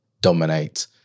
dominate